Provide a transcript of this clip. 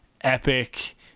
epic